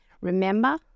Remember